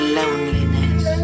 loneliness